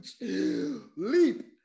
leap